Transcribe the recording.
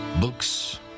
Books